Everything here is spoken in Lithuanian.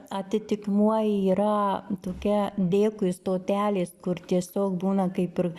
atitikmuo yra tokia dėkui stotelės kur tiesiog būna kaip ir